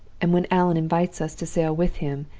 and when allan invites us to sail with him,